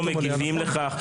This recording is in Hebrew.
לא מגיבים לכך.